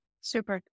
Super